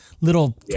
little